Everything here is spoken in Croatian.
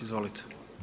Izvolite.